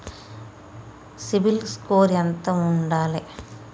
CIBIL score ఎంత ఉండాలే?